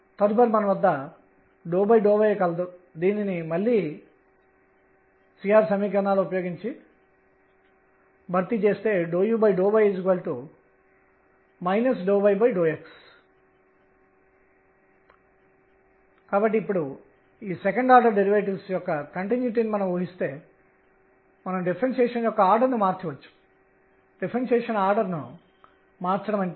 కాబట్టి మనం మళ్లీ Lz ని సంగ్రహిద్దాం ఇది pఇది n కి సమానం మరియు n0 మరియు ±1 ±2 మరియు మొదలైనవి